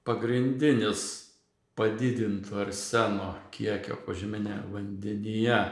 pagrindinis padidinto arseno kiekio požeminiame vandenyje